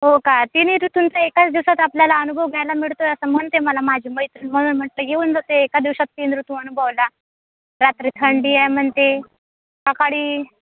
हो का तिन्ही ऋतूंचा एकाच दिवसात आपल्याला अनुभव घ्यायला मिळतो आहे असं म्हणते मला माझी मैत्रीण म्हणून म्हटलं येऊन जाते एका दिवसात तीन ऋतू अनुभवायला रात्री थंडी आहे म्हणते सकाळी